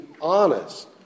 honest